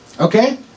Okay